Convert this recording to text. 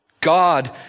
God